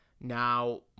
Now